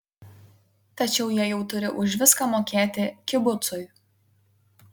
tačiau jie jau turi už viską mokėti kibucui